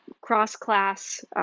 cross-class